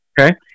Okay